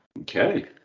Okay